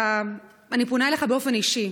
אני פונה אליך באופן אישי: